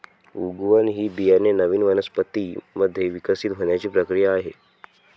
उगवण ही बियाणे नवीन वनस्पतीं मध्ये विकसित होण्याची प्रक्रिया आहे